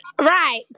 right